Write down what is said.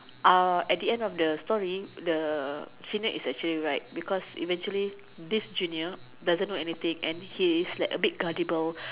uh at the end of the story the senior is actually right because eventually this junior doesn't know anything and he is like a bit gullible